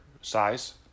size